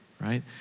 right